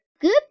Good